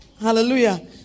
Hallelujah